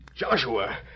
Joshua